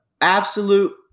absolute